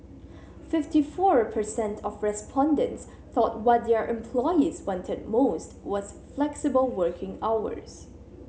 fifty four percent of respondents thought what their employees wanted most was flexible working hours